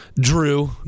Drew